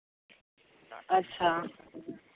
ᱟᱪᱪᱷᱟ